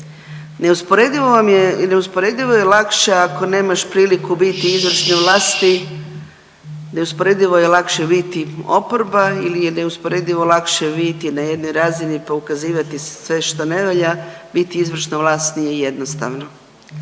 neusporedivo je lakše ako nemaš priliku biti u izvršnoj vlasti, .../Upadica: Ššššš./... neusporedivo je lakše biti oporba ili je neusporedivo lakše biti na jednoj razini, pokazivati sve što ne valja, biti izvršna vlast nije jednostavno.